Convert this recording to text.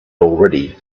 already